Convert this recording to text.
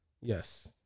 Yes